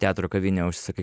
teatro kavinę užsisakai